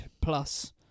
plus